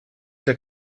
der